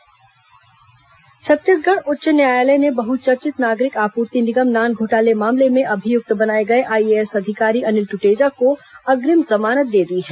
नान घोटाला जमानत छत्तीसगढ़ उच्च न्यायालय ने बहुचर्चित नागरिक आपूर्ति निगम नान घोटाला मामले में अभियुक्त बनाए गए आईएएस अधिकारी अनिल ट्टेजा को अग्रिम जमानत दे दी है